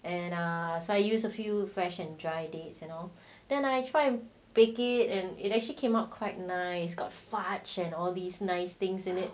and uh so I use a few fresh and dried dates you know then I try and bake it and it actually came out quite nice got fudge and all these nice things in it